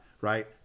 right